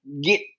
get